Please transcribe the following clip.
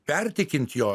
pertikint jo